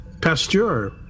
Pasteur